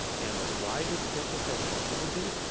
and why do the patients have muscle disease?